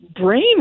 brain